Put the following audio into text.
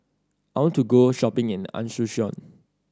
I want to go shopping in the Asuncion